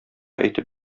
итеп